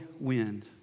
wind